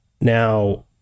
Now